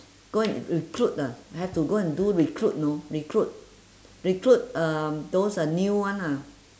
go and recruit ah have to go and do recruit you know recruit recruit um those uh new one ah